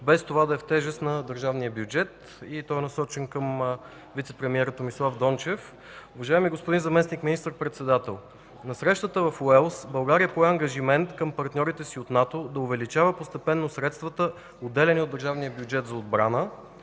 без това да е в тежест на държавния бюджет и той е насочен към вицепремиера Томислав Дончев. Уважаеми господин Заместник министър-председател, на срещата в Уелс България пое ангажимент към партньорите си от НАТО да увеличава постепенно средствата, отделяни от държавния бюджет за отбрана,